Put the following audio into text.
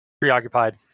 preoccupied